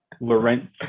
Laurent